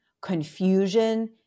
confusion